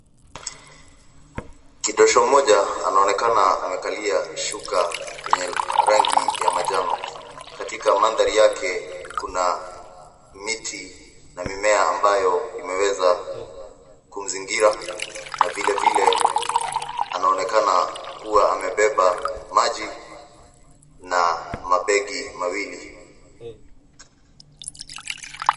Kidosho mmoja anaonekana amekalia shuka ya rangi ya manjano. Katika mandhari yake kuna miti na mimea ambayo imeweza kumzingira na vilevile, anaonekana kuwa amebeba maji na mabegi mawili.